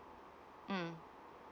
mm